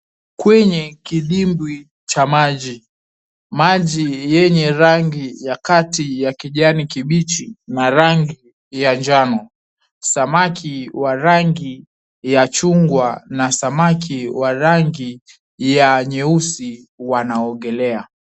Kwenye kidimbwi cha maji. Maji ya rangi ya kati ya kijani kibichi na rangi ya njano. Samaki wa rangi ya chungwa na samaki wa rangi ya nyeusi wanaogelea.